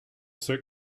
ceux